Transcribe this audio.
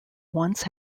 once